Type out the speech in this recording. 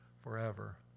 forever